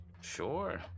Sure